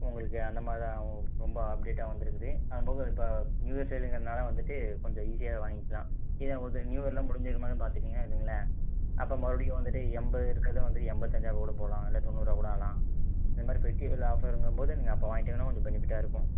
உங்களுக்கு அந்தமாதிரிதான் ரொம்ப அப்டேட்டாக வந்திருக்குது அது போக இப்போ நியூ இயர் சேலுங்கிறதுனால வந்துட்டு கொஞ்சம் ஈஸியாக வாங்கிக்கலாம் ஏன்னால் வந்து நியூயரெலாம் முடிஞ்சதுக்கு மேலே பார்த்துட்டிங்கனா வைச்சுங்களேன் அப்போ மறுபடியும் வந்துட்டு எண்பது இருக்கிறது எண்பத்தஞ்சா கூட போகலாம் இல்லை தொண்ணூறாக கூட ஆகலாம் இந்தமாதிரி ஃபெஸ்ட்டிவல் ஆஃபருங்கும்போது நீங்கள் அப்போ வாங்கிவிட்டா கொஞ்சம் பெனிஃபிட்டாயிருக்கும்